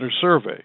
survey